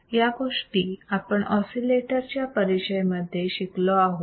या गोष्टी आपण ऑसिलेटर च्या परिचय मध्ये शिकलो आहोत